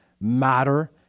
Matter